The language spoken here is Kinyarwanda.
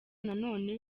nanone